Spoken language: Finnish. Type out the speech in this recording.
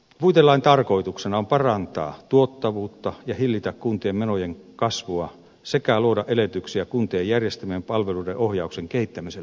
puitelain tarkoituksena on parantaa tuottavuutta ja hillitä kuntien menojen kasvua sekä luoda edellytyksiä kuntien järjestämien palveluiden ohjauksen kehittämiselle